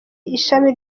ishami